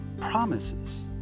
promises